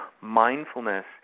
mindfulness